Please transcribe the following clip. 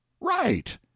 Right